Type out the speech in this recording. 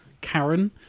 Karen